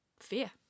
fear